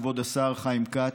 כבוד השר חיים כץ,